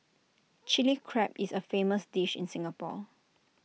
Chilli Crab is A famous dish in Singapore